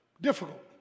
Difficult